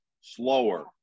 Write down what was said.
slower